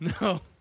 No